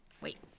Wait